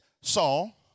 Saul